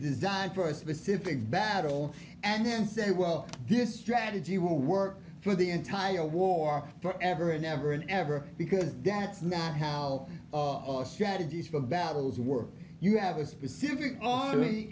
designed for a specific battle and then say well this strategy will work for the entire war for ever and ever and ever because debt's not how our strategies for battles work you have a specific